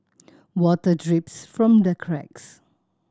water drips from the cracks